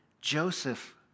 Joseph